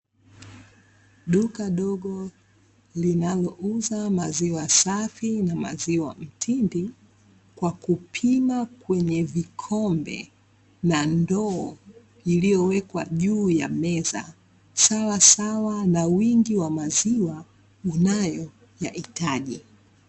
Duka dogo linalouza maziwa safi na maziwa mtindi, kwa kupima kwenye vikombe na ndoo, iliyowekwa juu ya meza, sawasawa na wingi wa maziwa unayoyahitaji.